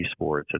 esports